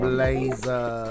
Blazer